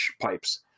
pipes